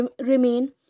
remain